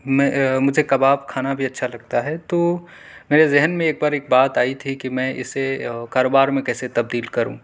میں مجھے کباب کھانا بھی اچھا لگتا ہے تو میرے ذہن میں ایک بار ایک بات آئی تھی کہ میں اسے کاروبار میں کیسے تبدیل کروں